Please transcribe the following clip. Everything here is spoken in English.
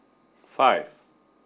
five